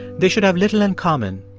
they should have little in common,